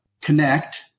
connect